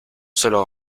solo